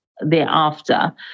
thereafter